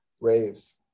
raves